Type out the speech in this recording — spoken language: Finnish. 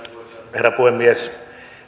herra puhemies